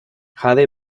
jade